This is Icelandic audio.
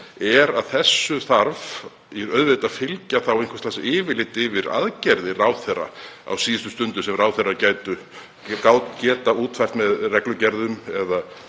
að þessu þarf þá að fylgja einhvers konar yfirlit yfir aðgerðir ráðherra á síðustu stundu, sem ráðherrar geta útfært með reglugerðum